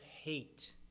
hate